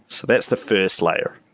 so that's the first layer.